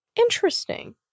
interesting